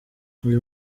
uyu